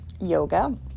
yoga